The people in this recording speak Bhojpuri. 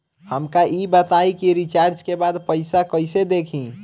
हमका ई बताई कि रिचार्ज के बाद पइसा कईसे देखी?